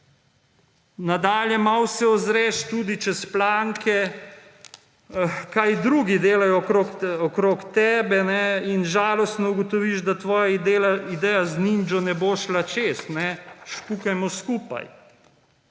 Nadalje. Malo se ozreš tudi čez planke, kaj drugi delajo okoli tebe, in žalostno ugotoviš, da tvoja ideja z nindžo ne bo šla čez. Špukajmo skupaj.